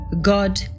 God